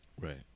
Right